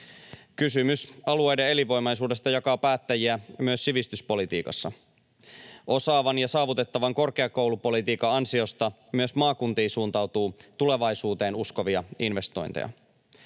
Kysymys alueiden elinvoimaisuudesta jakaa päättäjiä myös sivistyspolitiikassa. Osaavan ja saavutettavan korkeakoulupolitiikan ansiosta myös maakuntiin suuntautuu tulevaisuuteen uskovia investointeja,